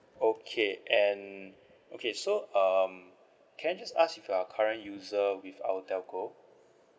okay and okay so um can I just ask if you're current user with our telco